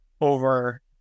over